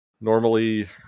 normally